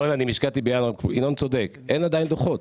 רולנד, ינון צודק, אין עדיין דוחות.